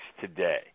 today